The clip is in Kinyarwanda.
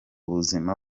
buzima